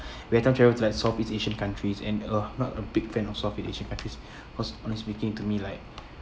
we every time travel to like southeast asian countries and are not a big fan of southeast asian countries ho~ honestly speaking to me like